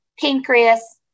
pancreas